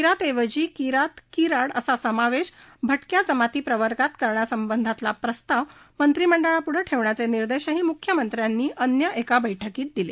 मात्र किरात ऐवजी किरात किराड असा समावेश भटक्या जमाती प्रवर्गात करण्यासंदर्भातला प्रस्ताव मंत्रीमंडळाप्ढं ठेवण्याचे निर्देशही मुख्यमंत्र्यांनी आज मुंबईत अन्य एका बैठकीत दिले